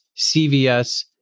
CVS